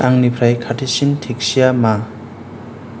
आंनिफ्राय खाथिसिन टेक्सिया मा